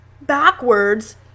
backwards